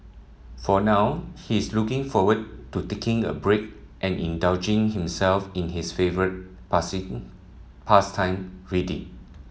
for now he is looking forward to taking a break and indulging himself in his favourite pastime reading